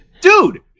dude